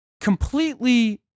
completely